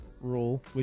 rule